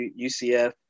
UCF